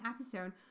episode